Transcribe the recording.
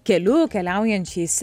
keliu keliaujančiais